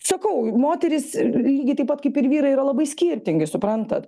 sakau moterys lygiai taip pat kaip ir vyrai yra labai skirtingi suprantat